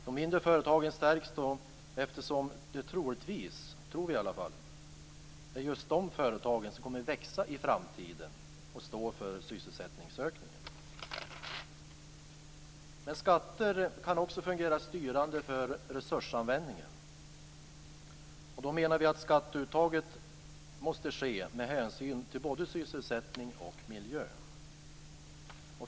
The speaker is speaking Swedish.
De mindre företagen stärks då eftersom det troligtvis, tror vi i alla fall, är just de företagen som kommer att växa i framtiden och stå för sysselsättningsökningen. Skatter kan också fungera styrande för resursanvändningen. Då menar vi att skatteuttaget måste göras med hänsyn till både sysselsättningen och miljön.